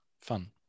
fun